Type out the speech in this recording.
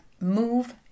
move